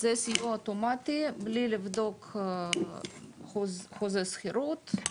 זה סיוע אוטומטי, בלי לבדוק חוזה שכירות,